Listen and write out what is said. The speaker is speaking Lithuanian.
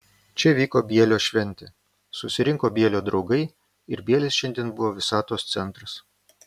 čia vyko bielio šventė susirinko bielio draugai ir bielis šiandien buvo visatos centras